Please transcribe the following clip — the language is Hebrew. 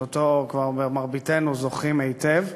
שאותו כבר מרביתנו זוכרים היטב,